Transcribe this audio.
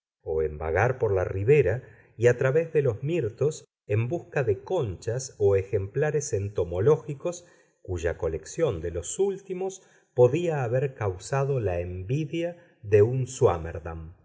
o en vagar por la ribera y a través de los mirtos en busca de conchas o ejemplares entomológicos cuya colección de los últimos podía haber causado la envidia de un